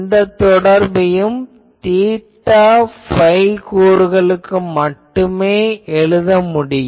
இந்த தொடர்பையும் theta phi கூறுகளுக்கு மட்டுமே எழுத முடியும்